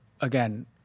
again